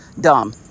dumb